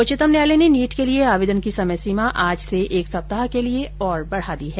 उच्चतम न्यायालय ने नीट के लिए आवेदन की समय सीमा आज से एक सप्ताह के लिए और बढ़ा दी है